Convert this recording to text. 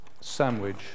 sandwich